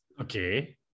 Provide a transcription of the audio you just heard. Okay